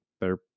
better